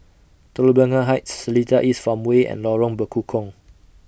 Telok Blangah Heights Seletar East Farmway and Lorong Bekukong